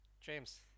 James